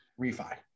refi